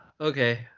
Okay